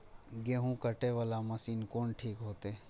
गेहूं कटे वाला मशीन कोन ठीक होते?